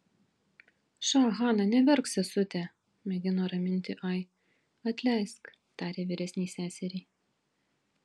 ša hana neverk sesute mėgino raminti ai atleisk tarė vyresnei seseriai